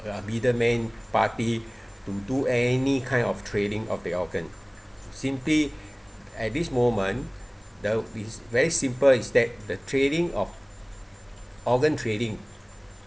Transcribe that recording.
the middleman party to do any kind of trading of the organ simply at this moment though is very simple is that the trading of organ trading